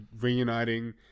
reuniting